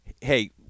hey